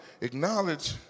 acknowledge